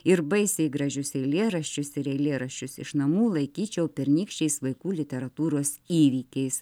ir baisiai gražius eilėraščius ir eilėraščius iš namų laikyčiau pernykščiais vaikų literatūros įvykiais